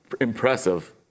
impressive